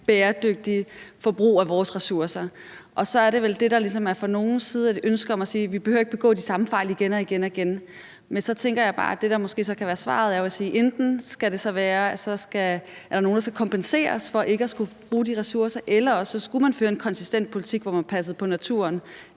bæredygtigt forbrug af vores ressourcer. Og så er det vel sådan, at der ligesom fra nogles side er et ønske om at sige, at vi ikke behøver at begå de samme fejl igen og igen. Men så tænker jeg jo så bare, at det, der måske så kan være svaret, er: Enten skal det være sådan, at der er nogle, der skal kompenseres for ikke at skulle bruge de ressourcer, eller også skulle man føre en konsistent politik, hvor man passer på naturen